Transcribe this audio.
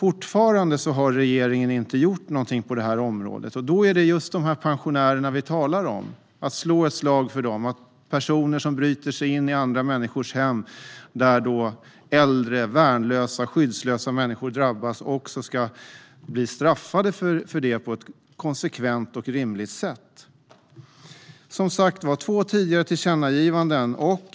Fortfarande har regeringen inte gjort någonting på detta område. Det här handlar om att slå ett slag för de pensionärer som vi talar om. När någon bryter sig in i andra människors hem och äldre, värnlösa och skyddslösa drabbas ska den personen bli straffad för det på ett konsekvent och rimligt sätt. Vi har som sagt lämnat två tidigare tillkännagivanden.